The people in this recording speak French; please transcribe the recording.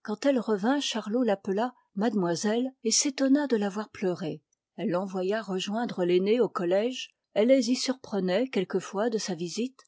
quand elle revint chariot l'appela mademoiselle et s'étonna de là voir fleurer ellè l'envoya rejoindre l'aîné au collège elle les y surprenait quelquefois de sa visite